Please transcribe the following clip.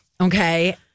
Okay